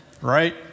Right